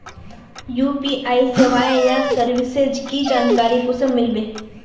UPI सेवाएँ या services की जानकारी कुंसम मिलबे?